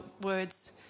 words